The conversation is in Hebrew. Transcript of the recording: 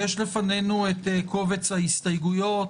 יש לפנינו את קובץ ההסתייגויות,